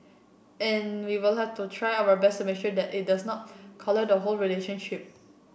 and we will have to try our best to make sure that it does not colour the whole relationship